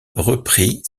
reprit